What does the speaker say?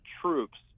troops